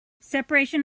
separation